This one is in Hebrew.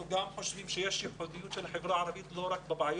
אנחנו חושבים שבחברה הערבית יש דברים חיוביים ולא רק בעיות.